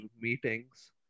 meetings